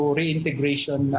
reintegration